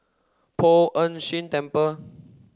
Poh Ern Shih Temple